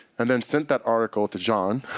and then sent that article to john,